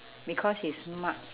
because it's mu~